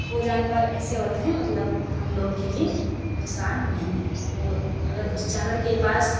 وہ جانور ایسے ہوتے ہیں مطلب ہم لوگوں کے لیے نقصان نہیں ہیں وہ اگر اس جانور کے پاس